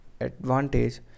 advantage